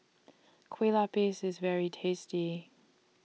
Kueh Lapis IS very tasty